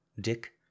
Dick